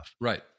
Right